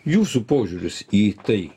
jūsų požiūris į tai